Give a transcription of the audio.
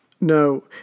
No